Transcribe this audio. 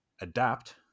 adapt